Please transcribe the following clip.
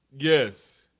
Yes